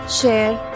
share